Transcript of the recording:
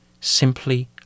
Simply